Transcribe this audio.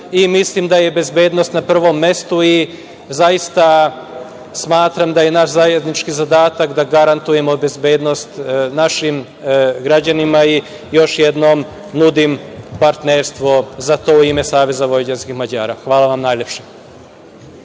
mislim da je bezbednost na prvom mestu. Zaista, smatram da je naš zajednički zadatak da garantujemo bezbednost našim građanima i još jednom nudim partnerstvo za to u ime SVM. Hvala najlepše.